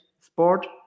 sport